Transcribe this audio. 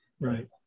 Right